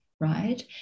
right